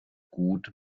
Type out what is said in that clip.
gut